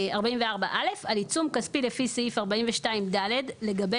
44א על עיצום כספי לפי סעיף 42(ד) לגבי